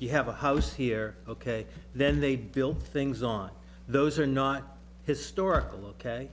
you have a house here ok then they build things on those are not historical ok